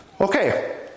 Okay